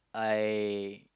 I